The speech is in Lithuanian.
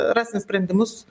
rasim sprendimus